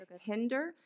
hinder